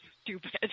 stupid